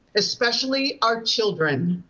especially our children.